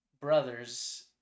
Brothers